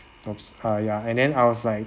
!oops! err ya and then I was like